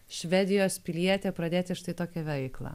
švedijos pilietė pradėti štai tokią veiklą